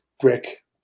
brick